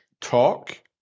Talk